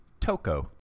Toco